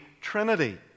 Trinity